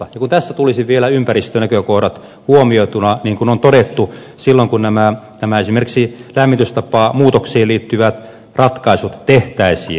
ja tässä tulisivat vielä ympäristönäkökohdat huomioitua niin kuin on todettu silloin kun esimerkiksi nämä lämmitystapamuutoksiin liittyvät ratkaisut tehtäisiin